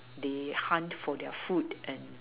they hunt for their food and